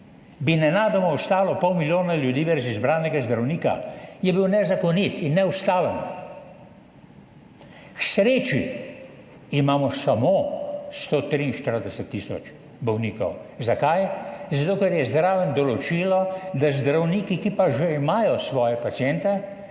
bi nenadoma ostalo pol milijona ljudi brez izbranega zdravnika, je bil nezakonit in neustaven. K sreči imamo samo 143 tisoč bolnikov. Zakaj? Zato, ker je zraven določilo, da zdravniki, ki že imajo svoje paciente,